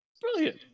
Brilliant